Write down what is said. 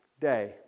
day